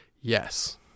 Yes